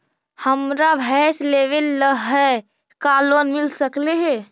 हमरा भैस लेबे ल है का लोन मिल सकले हे?